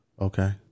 Okay